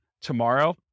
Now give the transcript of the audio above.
tomorrow